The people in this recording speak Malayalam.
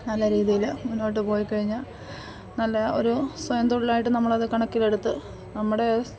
നല്ല രീതിയിൽ മുന്നോട്ട് പോയിക്കഴിഞ്ഞാൽ നല്ല ഒരു സ്വയം തൊഴിലായിട്ട് നമ്മൾ അത് കണക്കിലെടുത്ത് നമ്മുടെ